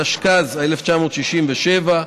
התשכ"ז 1967",